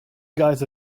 guys